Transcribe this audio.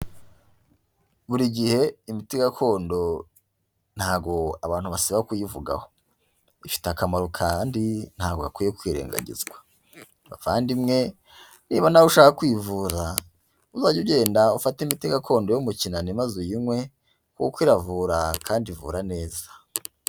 Buri gihe imiti gakondo ntabwo abantu basiba kuyivugaho, ifite akamaro kandi ntabwo gakwiye kwirengagizwa, bavandimwe niba nawe ushaka kwivura, uzajye ugenda ufate imiti gakondo yo mu kinani maze uyinywe, kuko iravura kandi ivura neza.